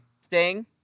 Sting